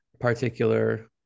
particular